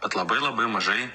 bet labai labai mažai